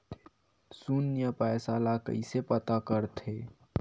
शून्य पईसा ला कइसे पता करथे?